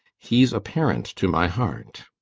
he's apparent to my heart.